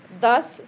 thus